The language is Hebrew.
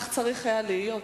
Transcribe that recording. כך צריך היה להיות.